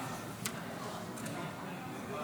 אני קובע